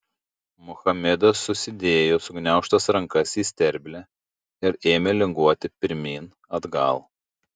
muhamedas susidėjo sugniaužtas rankas į sterblę ir ėmė linguoti pirmyn atgal